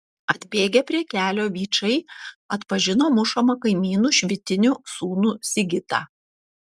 atbėgę prie kelio vyčai atpažino mušamą kaimynu švitinių sūnų sigitą